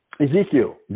Ezekiel